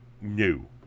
New